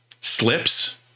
slips